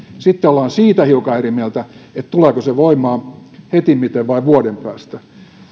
sitten ollaan siitä hiukan eri mieltä tuleeko se voimaan hetimmiten vai vuoden päästä